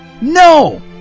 No